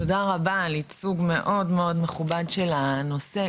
תודה רבה על ייצוג מאוד מכובד של הנושא.